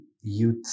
youth